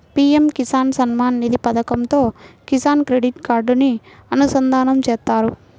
PM Kisan Samman Nidhi పథకంతో Kisan credit కార్డుని అనుసంధానం చేత్తారు